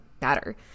matter